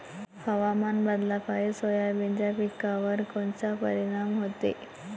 हवामान बदलापायी सोयाबीनच्या पिकावर कोनचा परिणाम होते?